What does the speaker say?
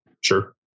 Sure